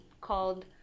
called